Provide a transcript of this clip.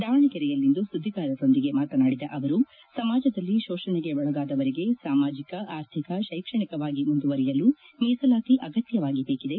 ದಾವಣಗೆರೆಯಲ್ಲಿಂದು ಸುದ್ದಿಗಾರರೊಂದಿಗೆ ಮಾತನಾಡಿದ ಅವರು ಸಮಾಜದಲ್ಲಿ ಶೋಷಣೆಗೆ ಒಳಗಾದವರಿಗೆ ಸಾಮಾಜಿಕ ಆರ್ಥಿಕ ಶೈಕ್ಷಣಿಕವಾಗಿ ಮುಂದುವರಿಯಲು ಮೀಸಲಾತಿ ಅಗತ್ತವಾಗಿ ಬೇಕಿದೆ